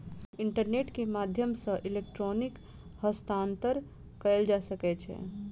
internet के माध्यम सॅ इलेक्ट्रॉनिक हस्तांतरण कयल जा सकै छै